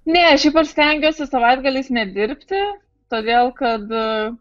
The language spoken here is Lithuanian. ne šiaip aš stengiuosi savaitgaliais nedirbti todėl kad